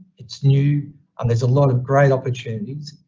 it's new and there's a lot of great opportunities,